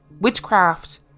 Witchcraft